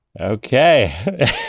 Okay